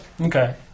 Okay